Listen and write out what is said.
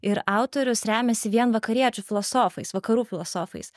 ir autorius remiasi vien vakariečių filosofais vakarų filosofais